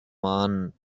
mann